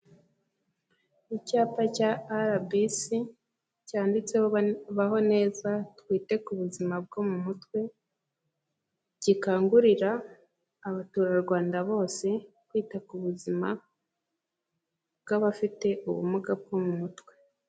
Icyapa cya RBC cyanditseho "Baho neza, twite ku buzima bwo mu mutwe", gikangurira abaturarwanda bose kwita ku buzima bw'abafite ubumuga bwo mu mutwe.